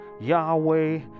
Yahweh